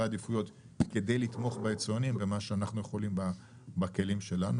העדיפויות כדי לתמוך ביצואנים ובמה שאנחנו יכולים בכלים שלנו,